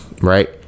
right